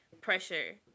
pressure